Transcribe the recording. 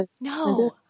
No